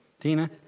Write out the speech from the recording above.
Tina